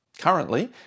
Currently